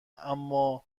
امابهش